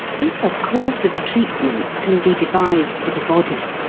if a course of treatment can be devised for the body,